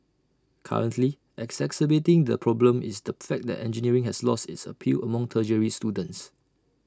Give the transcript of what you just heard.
currently exacerbating the problem is the fact that engineering has lost its appeal among tertiary students